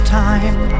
time